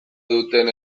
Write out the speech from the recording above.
duten